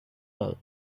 all